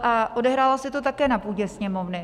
A odehrálo se to také na půdě Sněmovny.